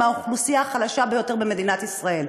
הם האוכלוסייה החלשה ביותר במדינת ישראל.